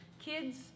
kids